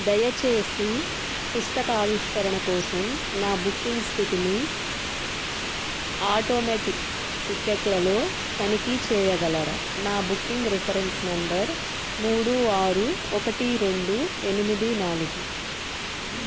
దయచేసి పుస్తకావిష్కరణ కోసం నా బుకింగ్ స్థితిని ఆటోమెటిక్ టిక్కెట్లలో తనిఖీ చేయగలరా నా బుకింగ్ రిఫరెన్స్ నంబర్ మూడు ఆరు ఒకటి రెండు ఎనిమిది నాలుగు